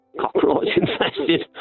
cockroach-infested